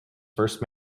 first